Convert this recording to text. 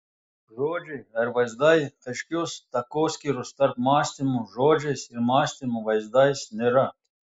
žodžiai ar vaizdai aiškios takoskyros tarp mąstymo žodžiais ir mąstymo vaizdais nėra